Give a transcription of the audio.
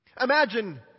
Imagine